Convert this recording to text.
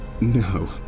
No